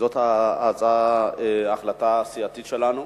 זו החלטה סיעתית שלנו.